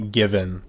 given